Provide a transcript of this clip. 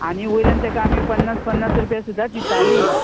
आनी वयल्यान तेका आमी पन्नास पन्नास रुपया सुद्दां दितालीं